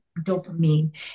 dopamine